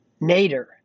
Nader